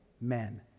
men